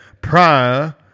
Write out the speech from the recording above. prior